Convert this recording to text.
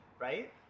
right